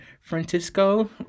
Francisco